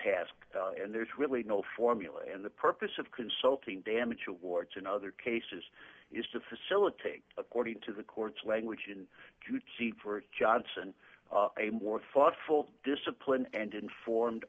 task and there's really no formula and the purpose of consulting damage awards in other cases is to facilitate according to the court's language and to keep for johnson a more thoughtful discipline and informed